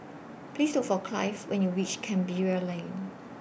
Please Look For Cliff when YOU REACH Canberra Lane